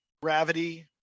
Gravity